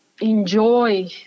enjoy